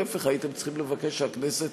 להפך, הייתם צריכים לבקש שהכנסת